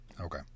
okay